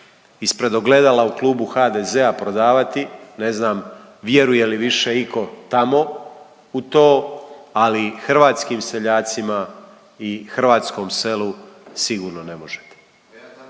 ispred ogledala u klubu HDZ-a prodavati. Ne znam vjeruje li više itko tamo u to, ali hrvatskim seljacima i hrvatskom selu sigurno ne možete.